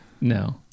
No